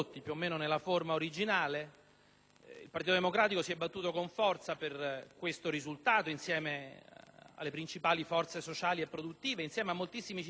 Il Partito Democratico si è battuto con forza per questo risultato, insieme alle principali forze sociali e produttive e a moltissimi cittadini che, in questi mesi, hanno utilizzato